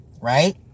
Right